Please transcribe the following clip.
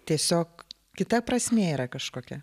tiesiog kita prasmė yra kažkokia